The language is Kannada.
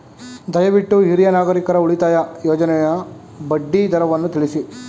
ದಯವಿಟ್ಟು ಹಿರಿಯ ನಾಗರಿಕರ ಉಳಿತಾಯ ಯೋಜನೆಯ ಬಡ್ಡಿ ದರವನ್ನು ತಿಳಿಸಿ